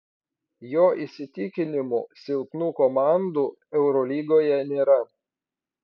jo įsitikinimu silpnų komandų eurolygoje nėra